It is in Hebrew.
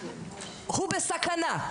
הוא בסכנה.